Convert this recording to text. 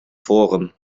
forum